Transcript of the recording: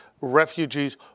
refugees